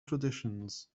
traditions